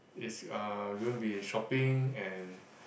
it's uh going to be shopping and